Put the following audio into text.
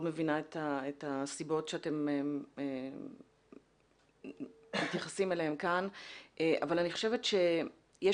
מבינה את הסיבות שאתם מייחסים כאן אבל אני חושבת שיש